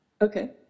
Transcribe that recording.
Okay